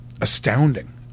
astounding